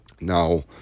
now